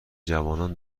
جوانان